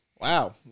Wow